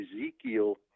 ezekiel